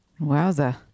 Wowza